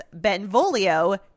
Benvolio